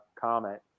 comment